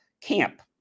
camp